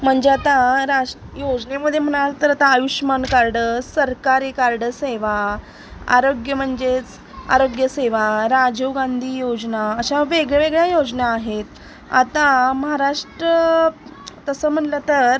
म्हंजे आता राष्ट्र योजनेमध्ये म्हणाल तर आता आयुष्यमान कार्ड सरकारी कार्ड सेवा आरोग्य म्हणजेच आरोग्यसेवा राजीव गांधी योजना अशा वेगवेगळ्या योजना आहेत आता महाराष्ट्र तसं मनलं तर